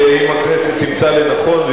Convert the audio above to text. שאם הכנסת תמצא לנכון,